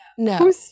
No